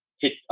hit